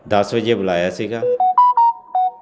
ਦਸ ਵਜੇ ਬੁਲਾਇਆ ਸੀਗਾ